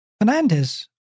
Fernandez